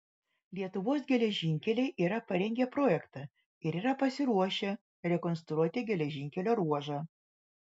lietuvos geležinkeliai yra parengę projektą ir yra pasiruošę rekonstruoti geležinkelio ruožą